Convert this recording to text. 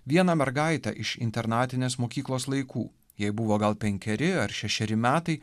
vieną mergaitę iš internatinės mokyklos laikų jai buvo gal penkeri ar šešeri metai